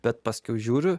bet paskiau žiūriu